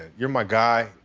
you're my guy,